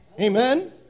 Amen